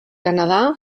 canadà